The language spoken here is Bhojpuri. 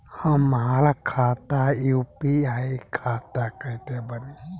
हमार खाता यू.पी.आई खाता कईसे बनी?